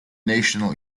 national